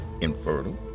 infertile